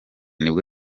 nibwo